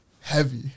heavy